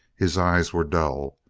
his eyes were dull.